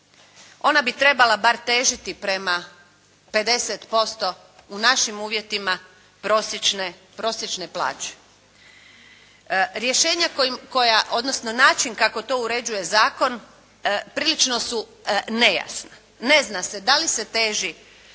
Ona bi trebala bar težiti prema 50% u našim uvjetima prosječne plaće. Rješenja, odnosno način kako to uređuje zakon prilično su nejasna. Ne zna se da li se teži